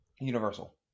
Universal